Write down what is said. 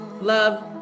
love